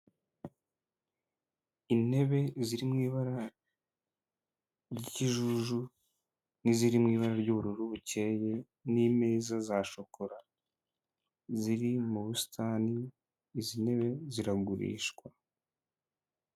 Intebe ziri mu ibara ry'ikijuju, n'iziri mu ibara ry'ubururu bukeye, n'imeza za shokora, ziri mu busitani, izi ntebe ziragurishwa.